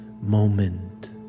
moment